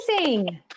amazing